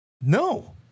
No